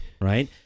right